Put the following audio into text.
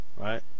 right